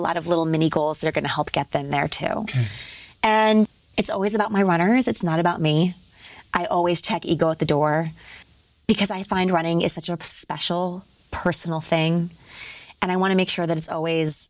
a lot of little mini goals they're going to help get them there too and it's always about my runners it's not about me i always check ego at the door because i find running is such a special personal thing and i want to make sure that it's always